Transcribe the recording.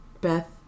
Beth